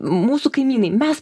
mūsų kaimynai mes